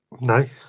No